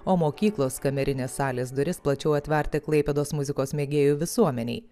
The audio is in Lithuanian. o mokyklos kamerinės salės duris plačiau atverti klaipėdos muzikos mėgėjų visuomenei